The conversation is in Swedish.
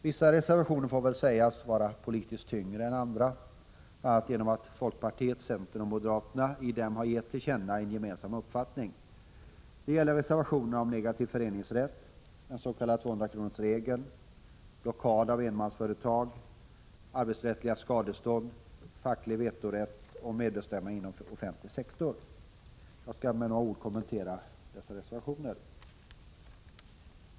Vissa reservationer får väl sägas vara politiskt tyngre än andra, bl.a. genom att folkpartiet, centern och moderaterna i dem har gett till känna en gemensam uppfattning. Det gäller reservationerna om negativ föreningsrätt, den s.k. 200-kronorsregeln, blockader av enmansföretag, arbetsrättsliga skadestånd, facklig vetorätt och medbestämmandet inom den offentliga sektorn. Jag skall nu med några ord kommentera dessa reservationer.